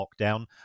lockdown